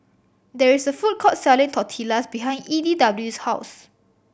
there is a food court selling Tortillas behind E D W 's house